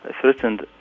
threatened